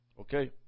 okay